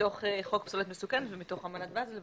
מתוך חוק פסולת מסוכנת ומתוך אמנת באזל.